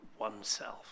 oneself